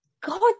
God